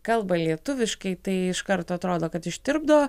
kalba lietuviškai tai iš karto atrodo kad ištirpdo